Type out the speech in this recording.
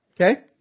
Okay